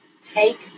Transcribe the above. take